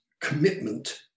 commitment